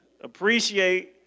Appreciate